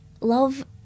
love